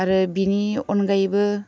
आरो बिनि अनगायैबो